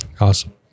Awesome